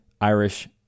Irish